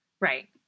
right